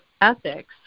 ethics